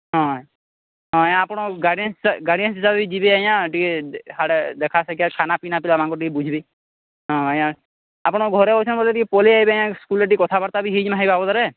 ହଁ ହଁ ଆଜ୍ଞା ଆପଣ ଗାଡ଼ିଏନ୍ସ ଗାଡ଼ିଏନ୍ସ ହିସାବେ ଯିବେ ଆଜ୍ଞା ଟିକେ ହେଆଡେ ଦେଖା ଶେଖିଆ ଖାନା ପିନା ପିିଲାମାନ୍କୁ ଟିକେ ବୁଝ୍ବେ ହଁ ଆଜ୍ଞା ଆପଣ୍ ଘରେ ଅଛନ୍ ବୋଲେ ଟିକେ ପଲେଇ ଆଇବେ ଆଜ୍ଞା ସ୍କୁଲ୍ରେ ଟିକେ କଥାବାର୍ତ୍ତା ବି ହେଇଯିମା ହେ ବାବଦ୍ରେ